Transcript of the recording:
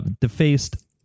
defaced